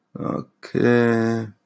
Okay